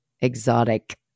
exotic